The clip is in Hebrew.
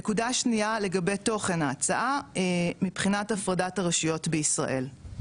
נקודה שנייה לגבי תוכן ההצעה מבחינת הפרדת הרשויות בישראל.